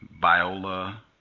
Viola